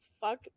fuck